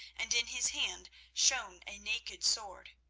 and in his hand shone a naked sword.